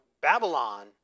Babylon